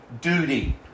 duty